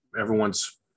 everyone's